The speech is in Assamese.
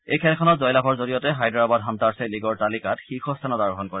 এই খেলখনত জয়লাভৰ জৰিয়তে হায়দৰাবাদ হাণ্টাৰ্ছে লীগৰ তালিকাত শীৰ্ষ স্থানত আৰোহণ কৰে